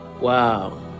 Wow